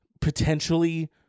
potentially